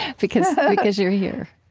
because because you're here?